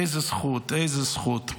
איזו זכות, איזו זכות.